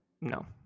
No